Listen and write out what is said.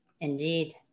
Indeed